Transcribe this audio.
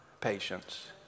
patience